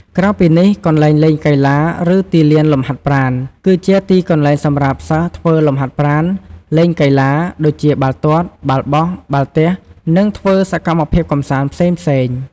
ក្រៅពីនេះ កន្លែងលេងកីឡា ឬទីលានលំហាត់ប្រាណ គឺជាទីកន្លែងសម្រាប់សិស្សធ្វើលំហាត់ប្រាណ លេងកីឡា ដូចជា បាល់ទាត់ បាល់បោះ បាល់ទះ និងធ្វើសកម្មភាពកម្សាន្តផ្សេងៗ។